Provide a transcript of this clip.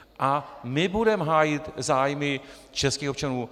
A my budeme hájit zájmy českých občanů.